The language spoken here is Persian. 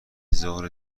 ظهر